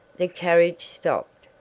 the carriage stopped.